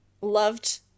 loved